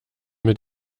mit